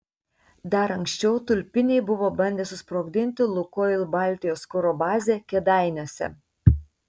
dar anksčiau tulpiniai buvo bandę susprogdinti lukoil baltijos kuro bazę kėdainiuose